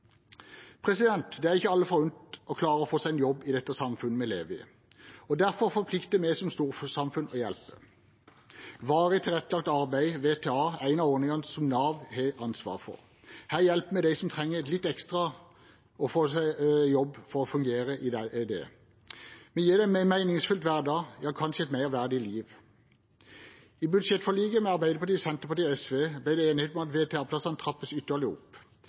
Det er ikke alle forunt å klare å få seg en jobb i det samfunnet vi lever i. Derfor er vi som storsamfunn forpliktet til å hjelpe. Varig tilrettelagt arbeid, VTA, er en av ordningene Nav har ansvar for. Her hjelper vi dem som trenger litt ekstra, til å få seg en jobb for å fungere. Vi gir dem en meningsfull hverdag, ja kanskje et mer verdig liv. I budsjettforliket mellom Arbeiderpartiet, Senterpartiet og SV ble det enighet om at VTA-plassene trappes ytterligere opp